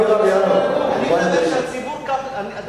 "תמר" התגלה בינואר 2009. חלק מראשי העיר טענו שהם לא ידעו.